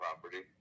property